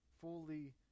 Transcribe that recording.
fully